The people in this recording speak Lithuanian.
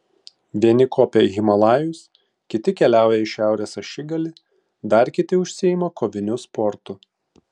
vieni kopia į himalajus kiti keliauja į šiaurės ašigalį dar kiti užsiima koviniu sportu